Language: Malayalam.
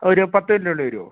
ഒരു പത്ത് മിനിറ്റിനുള്ളിൽ വരുമോ